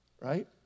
Right